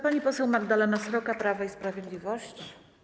Pani poseł Magdalena Sroka, Prawo i Sprawiedliwość.